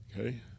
okay